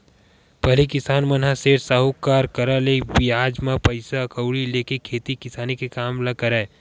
पहिली किसान मन ह सेठ, साहूकार करा ले बियाज म पइसा कउड़ी लेके खेती किसानी के काम बूता ल करय